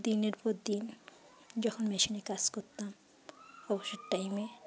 দিনের পর দিন যখন মেশিনে কাজ করতাম অবসর টাইমে